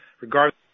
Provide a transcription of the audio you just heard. regardless